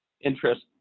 interest